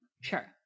Sure